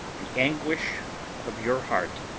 the anguish of your heart.